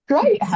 great